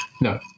no